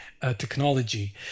technology